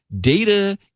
data